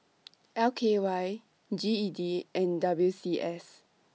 L K Y G E D and W C S